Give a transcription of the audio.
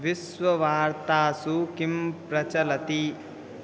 विश्ववार्तासु किं प्रचलति